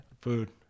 Food